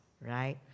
right